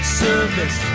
service